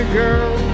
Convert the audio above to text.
girl